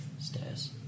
stairs